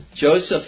Joseph